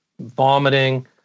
vomiting